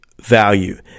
value